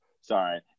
Sorry